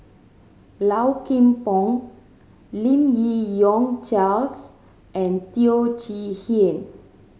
Lau Kim Pong Lim Yi Yong Charles and Teo Chee Hean